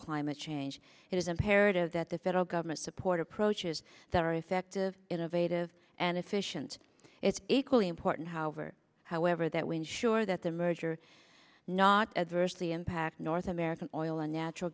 climate change it is imperative that the federal government support approaches that are effective innovative and efficient it's equally important however however that we ensure that the merger not adversely impact north american oil and natural